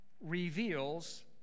reveals